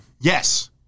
Yes